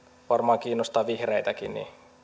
varmaan kiinnostaa vihreitäkin